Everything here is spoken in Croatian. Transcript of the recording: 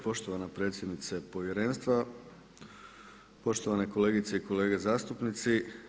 Poštovana predsjednice povjerenstva, poštovane kolegice i kolege zastupnici.